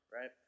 right